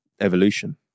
Evolution